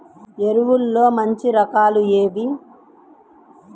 ఎరువుల్లో మంచి రకాలు ఏవి?